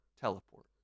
Teleport